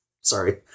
sorry